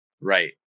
Right